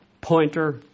pointer